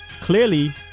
clearly